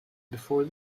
before